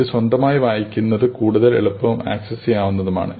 ഇത് സ്വന്തമായി വായിക്കുന്നത് കൂടുതൽ എളുപ്പവും ആക്സസ് ചെയ്യാവുന്നതുമാണ്